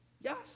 yes